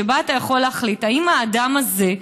שבה אתה יכול להחליט אם האדם הזה,